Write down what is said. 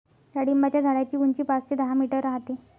डाळिंबाच्या झाडाची उंची पाच ते दहा मीटर राहते